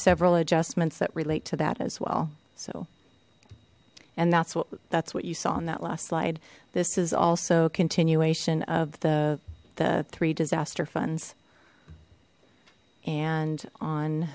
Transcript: several adjustments that relate to that as well so and that's what that's what you saw in that last slide this is also continuation of the three disaster funds and on